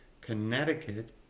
Connecticut